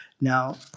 Now